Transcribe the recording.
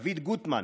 דוד גוטמן,